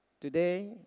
Today